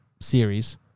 series